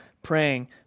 praying